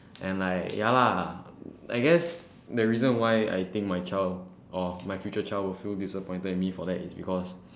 and like ya lah I guess the reason I think my child or my future child will feel disappointed at me for that is because